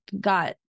got